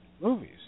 movies